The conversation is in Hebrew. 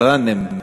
ראנם.